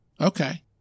Okay